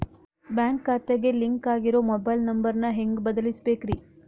Bank ಖಾತೆಗೆ link ಆಗಿರೋ mobile number ನ ಹೆಂಗ್ ಬದಲಿಸಬೇಕ್ರಿ?